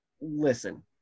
Listen